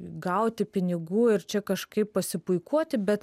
gauti pinigų ir čia kažkaip pasipuikuoti bet